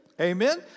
Amen